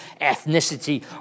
ethnicity